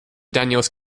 daniels